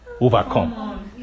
overcome